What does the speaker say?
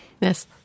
Yes